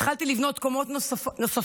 התחלתי לבנות קומות נוספות